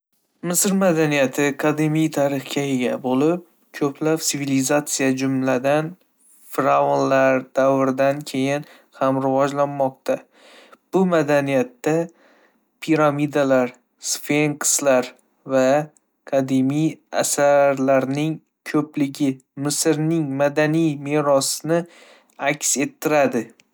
Misr madaniyati qadimiy tarixga ega bo'lib, ko'plab sivilizatsiyalar, jumladan, fir'avnlar davridan keyin ham rivojlanmoqda. Bu madaniyatda piramidalar, sfenkslar va qadimiy asarlarning ko'pligi Misrning madaniy merosini aks ettiradi.